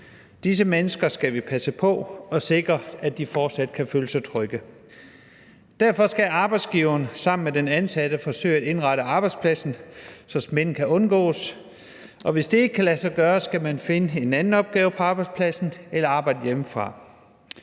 Disse mennesker skal vi passe på og sikre, at de fortsat kan føle sig trygge. Derfor skal arbejdsgiveren sammen med den ansatte forsøge at indrette arbejdspladsen, så smitten kan undgås, og hvis det ikke kan lade sig gøre, skal man finde en anden opgave på arbejdspladsen eller arbejde hjemmefra.